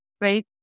Right